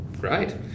great